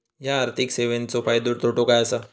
हया आर्थिक सेवेंचो फायदो तोटो काय आसा?